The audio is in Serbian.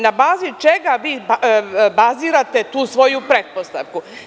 Na bazi čega vi bazirate tu svoju pretpostavku?